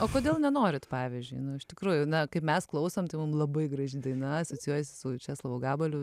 o kodėl nenorit pavyzdžiui iš tikrųjų na kaip mes klausom tai mum labai graži daina asocijuojasi su česlovu gabaliu